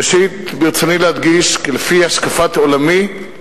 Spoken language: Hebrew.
ראשית, ברצוני להדגיש כי לפי השקפת עולמי,